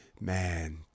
man